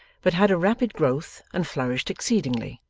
but had a rapid growth and flourished exceedingly.